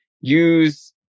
use